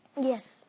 Yes